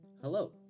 Hello